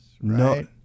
No